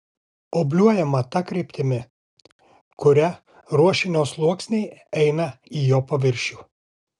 obliuojama ta kryptimi kuria ruošinio sluoksniai eina į jo paviršių